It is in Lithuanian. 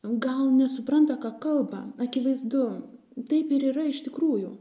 gal nesupranta ką kalba akivaizdu taip ir yra iš tikrųjų